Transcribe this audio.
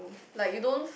like you don't